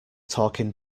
talking